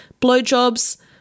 Blowjobs